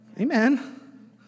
Amen